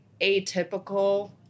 atypical